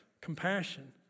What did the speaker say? compassion